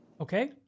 Okay